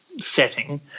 setting